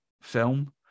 film